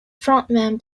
frontman